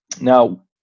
Now